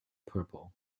purple